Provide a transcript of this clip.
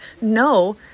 No